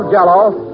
Jell-O